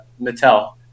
mattel